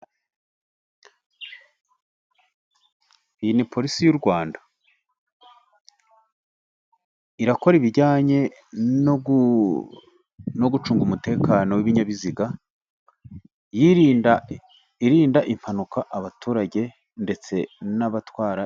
Iyi ni porisi y'u Rwanda. irakora ibijyanye no gucunga umutekano w'ibinyabiziga, irinda impanuka abaturage ndetse n'abatwara.